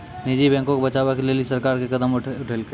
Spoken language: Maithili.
निजी बैंको के बचाबै के लेली सरकार कि कदम उठैलकै?